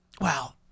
wow